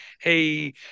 hey